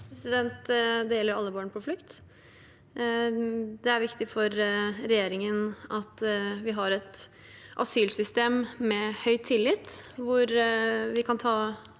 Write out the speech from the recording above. Det gjelder alle barn på flukt. Det er viktig for regjeringen at vi har et asylsystem som har høy tillit, hvor vi kan ta